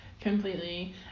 Completely